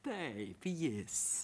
taip jis